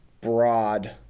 broad